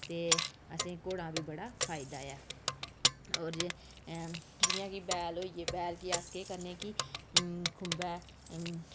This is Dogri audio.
ते असें घोड़े दा बी बड़ा फायदा ऐ होर जियां कि बैल होई गे बैल गी अस केह् करने कि खुम्बै